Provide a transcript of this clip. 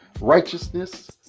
righteousness